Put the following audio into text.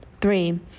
Three